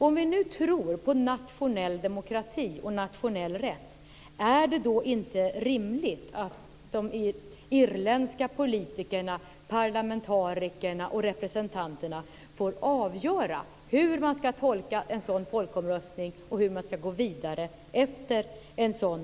Om vi tror på nationell demokrati och nationell rätt, är det då inte rimligt att de irländska politikerna, parlamentarikerna och representanterna får avgöra hur man ska tolka en sådan folkomröstning och hur man ska gå vidare efter den?